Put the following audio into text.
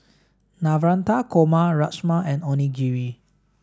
Navratan Korma Rajma and Onigiri